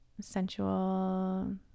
sensual